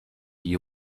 you